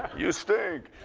you stink.